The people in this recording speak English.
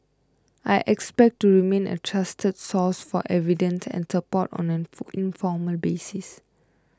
I expect to remain a trusted source for advice and support on an informal basis